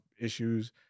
issues